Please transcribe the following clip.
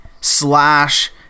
slash